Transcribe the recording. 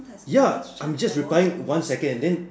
ya I'm just replying one second and then